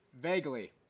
Vaguely